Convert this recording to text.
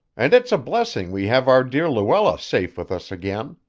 and it's a blessing we have our dear luella safe with us again.